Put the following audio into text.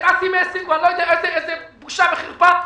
את אסי מסינג או אני לא יודע איזה בושה וחרפה,